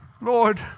Lord